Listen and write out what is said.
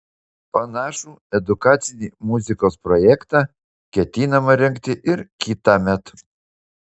panašų edukacinį muzikos projektą ketinama rengti ir kitąmet